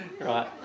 right